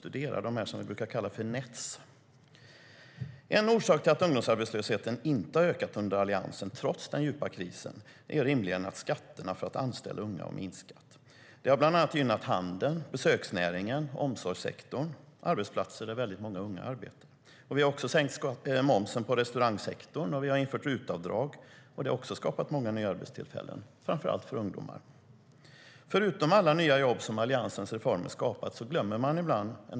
Det har bland annat gynnat handeln, besöksnäringen och omsorgssektorn, som är arbetsplatser där många unga arbetar.